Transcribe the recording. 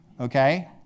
okay